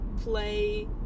play